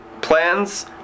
plans